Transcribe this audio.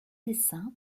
dessins